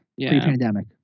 Pre-pandemic